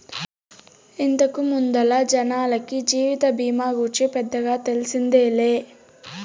ఇంతకు ముందల జనాలకి జీవిత బీమా గూర్చి పెద్దగా తెల్సిందేలే